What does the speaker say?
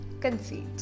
Conceit